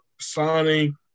signing